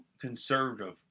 conservative